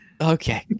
Okay